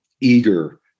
eager